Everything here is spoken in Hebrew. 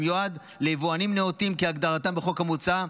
המיועד ליבואנים נאותים כהגדרתם בחוק המוצע,